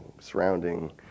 surrounding